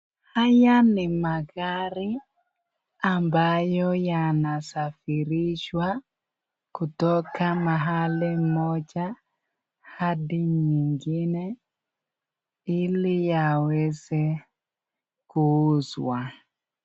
Haya ni magari ambayo yanasafirishwa kutoka mahali moja hadi nyingine, iliyaweze kuuzwa.